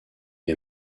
est